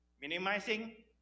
Minimizing